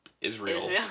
Israel